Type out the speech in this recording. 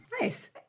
Nice